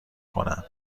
کند